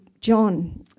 John